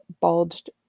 bulged